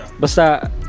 Basta